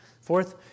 Fourth